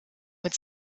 mit